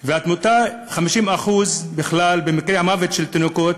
תמותה, 50% ממקרי המוות של תינוקות